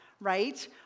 right